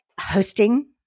hosting